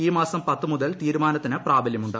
ഈ മാസം പത്ത് മുതൽ തീരുമാനത്തിന് പ്രാബല്യമുണ്ട്